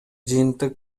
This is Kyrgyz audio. жыйынтык